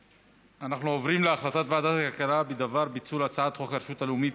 אנחנו עוברים להחלטת ועדת הכלכלה בדבר פיצול הצעת חוק הרשות הלאומית